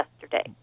yesterday